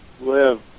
live